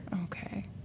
okay